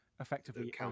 effectively